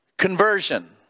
Conversion